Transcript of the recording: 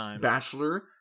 bachelor